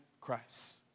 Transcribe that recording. Christ